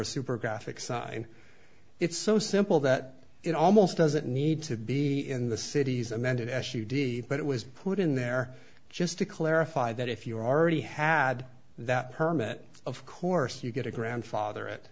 a super graphic sign it's so simple that it almost doesn't need to be in the city's amended s u d but it was put in there just to clarify that if you already had that permit of course you get a grandfather it